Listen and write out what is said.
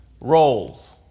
roles